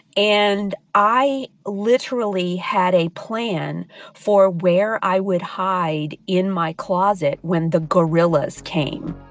and i literally had a plan for where i would hide in my closet when the guerillas came